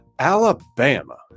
Alabama